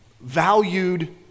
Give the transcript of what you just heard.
valued